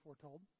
foretold